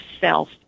self